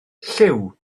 lliw